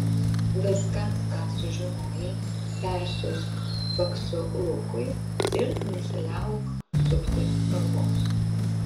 viską ką sužinojai persiųsk faksu lukui ir nesiliauk sukti galvos